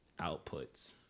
outputs